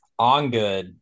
Ongood